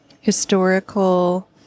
historical